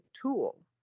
tool